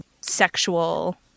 sexual